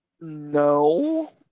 No